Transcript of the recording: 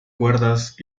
cuerdas